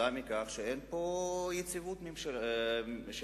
כתוצאה מכך שאין פה יציבות של הממשל